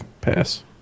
pass